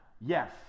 Yes